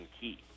key